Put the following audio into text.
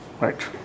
Right